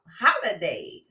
holidays